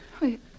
Wait